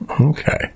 Okay